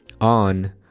on